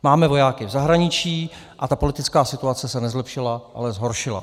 Máme vojáky v zahraničí a ta politická situace se nezlepšila, ale zhoršila.